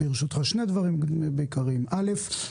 שני דברים עיקריים: ראשית,